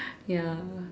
ya